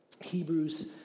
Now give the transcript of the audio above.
Hebrews